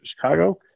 Chicago